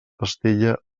estella